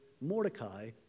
Mordecai